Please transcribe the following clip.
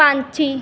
ਪੰਛੀ